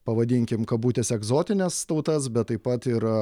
pavadinkim kabutėse egzotines tautas bet taip pat ir